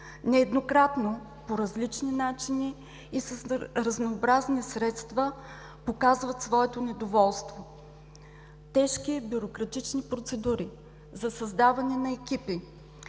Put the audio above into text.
нееднократно, по различни начини и с разнообразни средства показват своето недоволство. Тежки бюрократични процедури за създаване на екипи,